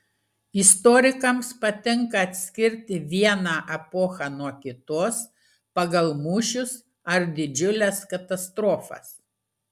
istorikams patinka atskirti vieną epochą nuo kitos pagal mūšius ar didžiules katastrofas